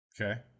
Okay